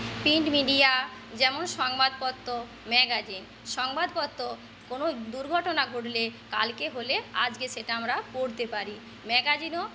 print media যেমন সংবাদপত্ত magazine সংবাদপত্র কোনও দুর্ঘটনা ঘটলে কালকে হলে আজকে সেটা আমরা পড়তে পারি ম্যাগাজিনও